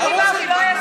אני דיברתי, לא היה שר.